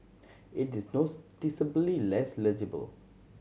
it is noticeably less legible